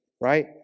right